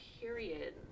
Period